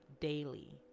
daily